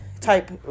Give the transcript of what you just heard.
type